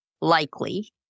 likely